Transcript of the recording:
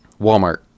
Walmart